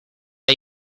hay